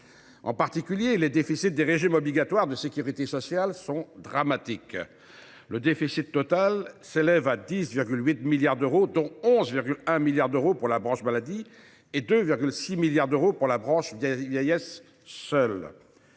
En particulier, les déficits des régimes obligatoires de sécurité sociale sont dramatiques. Le déficit total s’élève à 10,8 milliards d’euros, dont 11,1 milliards d’euros pour la branche maladie et 2,6 milliards d’euros pour la branche vieillesse seule.